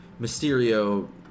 Mysterio